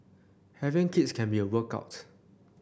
having kids can be a workout